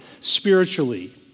spiritually